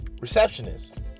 Receptionist